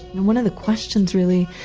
one of the questions really,